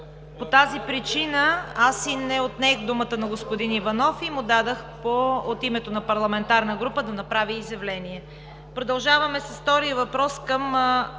По тази причина аз и не отнех думата на господин Иванов и му дадох от името на парламентарна група да направи изявление. Продължаваме с втория въпрос към